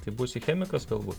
tai būsi chemikas galbūt